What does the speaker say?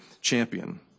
champion